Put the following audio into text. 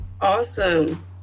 Awesome